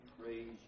praise